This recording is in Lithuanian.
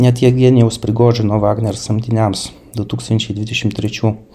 net jevgenijaus prigožino wagner samdiniams du tūkstančiai dvidešim trečių